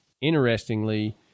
Interestingly